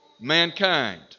mankind